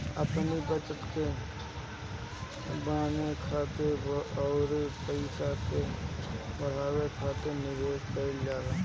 अपनी बचत के बनावे खातिर अउरी पईसा के बढ़ावे खातिर निवेश कईल जाला